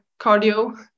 cardio